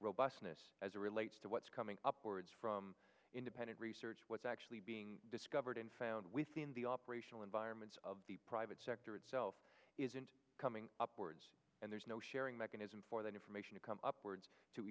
robustness as a relates to what's coming up towards from independent research what's actually being discovered and found within the operational environment of the private sector itself isn't coming up words and there's no sharing mechanism for that information to come up words to